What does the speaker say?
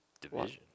division